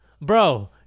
Bro